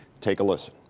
take a liste